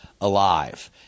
alive